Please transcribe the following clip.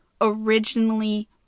originally